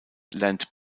lernt